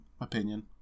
opinion